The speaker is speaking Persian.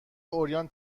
عریان